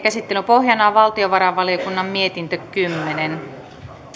käsittelyn pohjana on valtiovarainvaliokunnan mietintö kymmenen